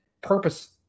purpose